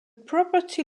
property